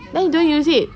then you don't use it